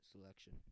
selection